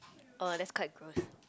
oh that's quite gross